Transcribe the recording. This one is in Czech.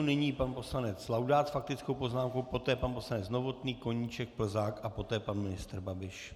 Nyní pan poslanec Laudát s faktickou poznámkou, poté pan poslanec Novotný, Koníček, Plzák a poté pan ministr Babiš.